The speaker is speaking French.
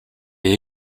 est